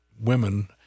women